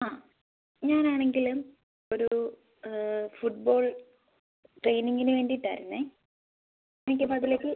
ആ ഞാൻ ആണെങ്കിൽ ഒരു ഫുട്ബോൾ ട്രെയിനിംഗിന് വേണ്ടിയിട്ടായിരുന്നേ എനിക്കപ്പോൾ അതിലേക്ക്